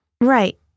Right